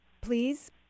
please